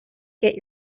get